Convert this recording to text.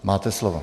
Máte slovo.